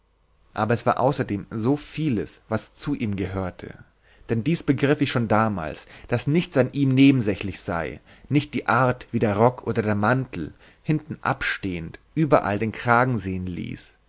aber es war außerdem so vieles was zu ihm gehörte denn dies begriff ich schon damals daß nichts an ihm nebensächlich sei nicht die art wie der rock oder der mantel hinten abstehend überall den kragen sehen ließ